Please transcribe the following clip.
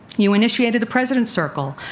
you initiated the president's circle,